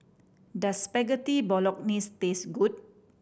does Spaghetti Bolognese taste good